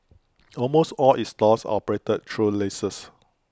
almost all its stores are operated through leases